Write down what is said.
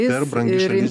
per brangi šalis